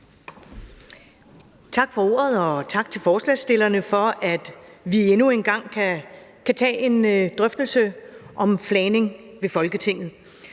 Tak for ordet. Og tak til forslagsstillerne for, at vi endnu en gang kan tage en drøftelse om flagning ved Folketinget.